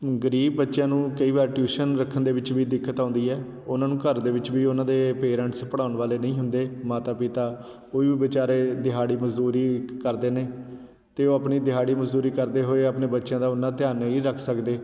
ਗਰੀਬ ਬੱਚਿਆਂ ਨੂੰ ਕਈ ਵਾਰ ਟਿਊਸ਼ਨ ਰੱਖਣ ਦੇ ਵਿੱਚ ਦਿੱਕਤ ਆਉਂਦੀ ਹੈ ਉਹਨਾਂ ਨੂੰ ਘਰ ਦੇ ਵਿੱਚ ਵੀ ਉਹਨਾਂ ਦੇ ਪੇਰੈਂਟਸ ਪੜ੍ਹਾਉਣ ਵਾਲੇ ਨਹੀਂ ਹੁੰਦੇ ਮਾਤਾ ਪਿਤਾ ਉਹ ਵੀ ਵਿਚਾਰੇ ਦਿਹਾੜੀ ਮਜ਼ਦੂਰੀ ਕ ਕਰਦੇ ਨੇ ਅਤੇ ਉਹ ਆਪਣੀ ਦਿਹਾੜੀ ਮਜ਼ਦੂਰੀ ਕਰਦੇ ਹੋਏ ਆਪਣੇ ਬੱਚਿਆਂ ਦਾ ਓਨਾਂ ਧਿਆਨ ਨਹੀਂ ਰੱਖ ਸਕਦੇ